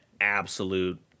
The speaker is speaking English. absolute